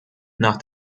nach